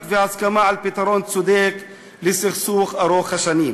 והסכמה על פתרון צודק לסכסוך ארוך השנים.